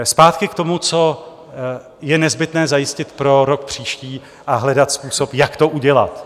Zpátky k tomu, co je nezbytné zajistit pro rok příští a hledat způsob, jak to udělat.